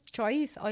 choice